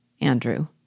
Andrew